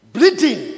Bleeding